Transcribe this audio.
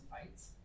fights